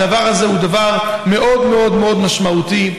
הדבר הזה הוא דבר מאוד מאוד משמעותי,